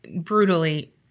Brutally